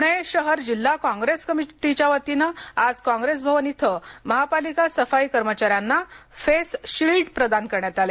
पुणे शहर जिल्हा काँग्रेस कमिटीच्या वतीने आज काँग्रेस भवन इथं महापालिका सफाई कर्मचाऱ्यांना फेस शील्ड प्रदान करण्यात आले